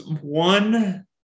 one